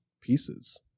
pieces